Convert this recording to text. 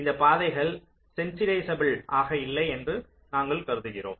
இந்த பாதைகள் சென்சிடைஸபெல் ஆக இல்லை என்று நாங்கள் சொல்கிறோம்